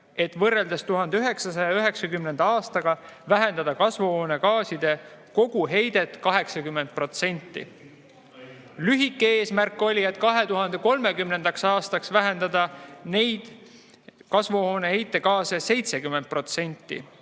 võrreldes 1990. aastaga kasvuhoonegaaside koguheidet 80%. Lühike eesmärk oli 2030. aastaks vähendada neid kasvuhoonegaase 70%.